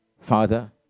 Father